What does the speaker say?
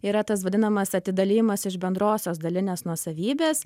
yra tas vadinamas atidalijimas iš bendrosios dalinės nuosavybės